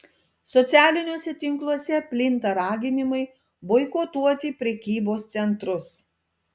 socialiniuose tinkluose plinta raginimai boikotuoti prekybos centrus